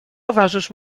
towarzysz